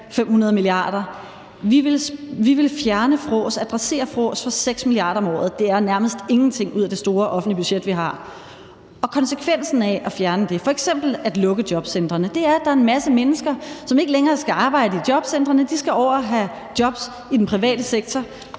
500 mia. kr. Vi vil fjerne frås, adressere frås for 6 mia. kr. om året. Det er nærmest ingenting ud af det store offentlige budget, vi har. Og konsekvensen af at fjerne det, f.eks. at lukke jobcentrene, er, at der er en masse mennesker, som ikke længere skal arbejde i jobcentrene, for de skal over og have jobs i den private sektor,